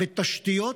בתשתיות,